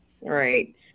right